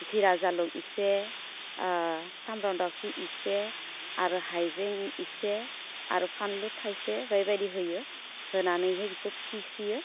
जिरा जालुक इसे सामब्राम दावखि इसे आरो हाइजें इसे आरो फानलु थाइसे बेबायदि होयो होनानैहै बिखौ फिसियो